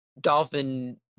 Dolphin